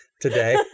today